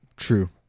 True